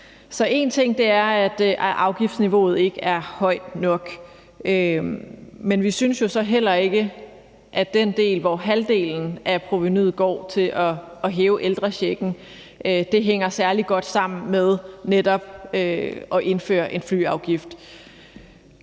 en ting er, at afgiftsniveauet ikke er højt nok, men vi synes jo så heller ikke, at det, at halvdelen af provenuet går til at hæve ældrechecken, hænger særlig godt sammen med netop at indføre en flyafgift.